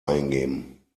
eingeben